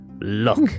Luck